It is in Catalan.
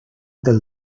del